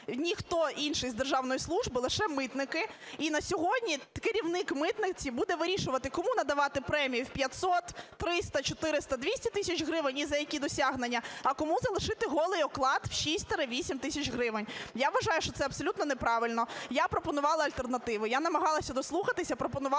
ніхто інший з державної служби, лише митники, і на сьогодні керівник митниці буде вирішувати, кому надавати премію в 500, 300, 400, 200 тисяч гривень і за які досягнення, а кому залишити голий оклад в 6-8 тисяч гривень, я вважаю, що це абсолютно неправильно. Я пропонувала альтернативу, я намагалася дослухатися, пропонувала вивести